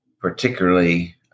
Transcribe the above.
particularly